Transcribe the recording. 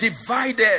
divided